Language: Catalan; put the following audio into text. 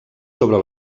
sobre